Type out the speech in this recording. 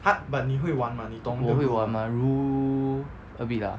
我会玩吗 rule a bit lah